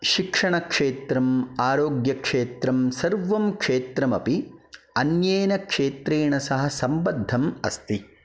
शिक्षणक्षेत्रम् आरोग्यक्षेत्रं सर्वं क्षेत्रमपि अन्येनक्षेत्रेण सह सम्बद्धम् अस्ति